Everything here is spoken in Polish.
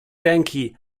ręki